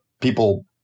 people